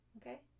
Okay